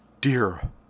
dear